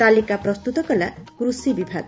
ତାଲିକା ପ୍ରସ୍ତୁତ କଲା କୃଷି ବିଭାଗ